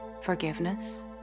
forgiveness